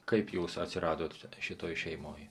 kaip jūs atsiradot šitoj šeimoj